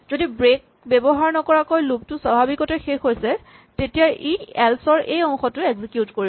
যদি ব্ৰেক ব্যৱহাৰ নকৰাকৈ লুপ টো স্বাভাৱিকতে শেষ হৈছে তেতিয়া ই এল্চ ৰ অংশটো এক্সিকিউট কৰিব